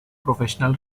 professional